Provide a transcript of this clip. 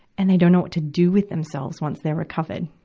and they don't know what to do with themselves once they're recovered,